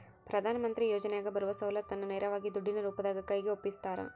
ಪ್ರಧಾನ ಮಂತ್ರಿ ಯೋಜನೆಯಾಗ ಬರುವ ಸೌಲತ್ತನ್ನ ನೇರವಾಗಿ ದುಡ್ಡಿನ ರೂಪದಾಗ ಕೈಗೆ ಒಪ್ಪಿಸ್ತಾರ?